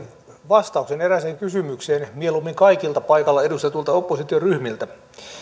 vastauksen erääseen kysymykseen mieluummin kaikilta paikalla edustetuilta oppositioryhmiltä